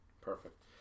Perfect